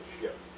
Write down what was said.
ship